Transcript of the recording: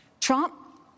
Trump